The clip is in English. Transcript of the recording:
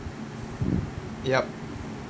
yup